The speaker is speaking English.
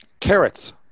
Carrots